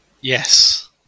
Yes